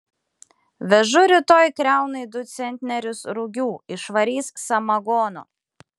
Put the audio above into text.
vežu rytoj kriaunai du centnerius rugių išvarys samagono